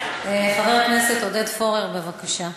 חבר הכנסת עודד פורר, בבקשה.